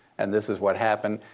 and this is what happened.